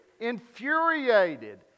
Infuriated